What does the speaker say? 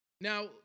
Now